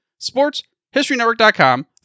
sportshistorynetwork.com